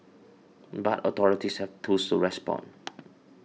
but authorities have tools to respond